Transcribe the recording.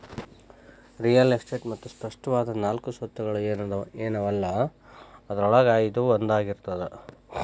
real estate ಮತ್ತ ಸ್ಪಷ್ಟವಾದ ನಾಲ್ಕು ಸ್ವತ್ತುಗಳ ಏನವಲಾ ಅದ್ರೊಳಗ ಇದೂ ಒಂದಾಗಿರ್ತದ